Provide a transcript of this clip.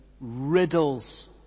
riddles